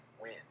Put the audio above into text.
win